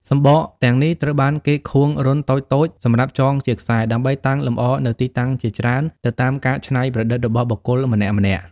សំបកទាំងនេះត្រូវបានគេខួងរន្ធតូចៗសម្រាប់ចងជាខ្សែ ដើម្បីតាំងលម្អនៅទីតាំងជាច្រើនទៅតាមការច្នៃប្រឌិតរបស់បុគ្គលម្នាក់ៗ។